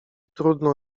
trudno